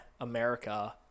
America